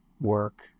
work